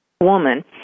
woman